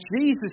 Jesus